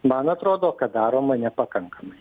man atrodo kad daroma nepakankamai